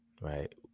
right